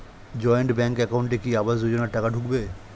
Joint bank একাউন্টে কি আবাস যোজনা টাকা ঢুকবে?